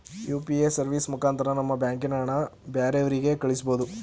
UPA service ಮುಖಾಂತರ ನಮ್ಮ ಬ್ಯಾಂಕಿನ ಹಣನ ಬ್ಯಾರೆವ್ರಿಗೆ ಕಳಿಸ್ಬೋದು